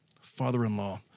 father-in-law